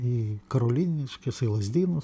į karoliniškes į lazdynus